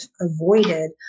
avoided